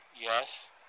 Yes